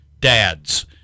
Dads